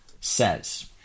says